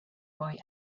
boy